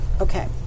Okay